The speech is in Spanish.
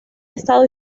estado